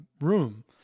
room